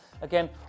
Again